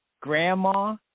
grandma